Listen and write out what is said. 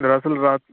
دراصل رات